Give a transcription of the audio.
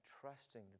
trusting